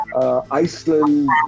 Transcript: Iceland